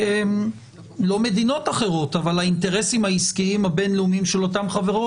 לא מדינות אחרות אבל האינטרסים העסקיים הבין-לאומיים של אותן חברות